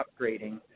upgrading